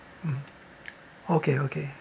mm okay okay